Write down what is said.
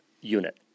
unit